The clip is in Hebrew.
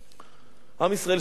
עם ישראל שב לארצו,